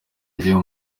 ry’uyu